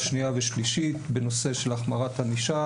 שנייה ושלישית בנושא של החמרת ענישה,